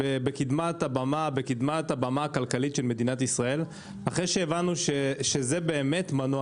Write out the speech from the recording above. בקדמת הבמה הכלכלית של מדינת ישראל אחרי שהבנו שזה מנוע